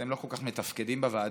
אתם לא כל כך מתפקדים בוועדות,